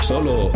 Solo